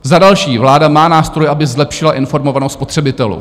Za další: vláda má nástroje, aby zlepšila informovanost spotřebitelů.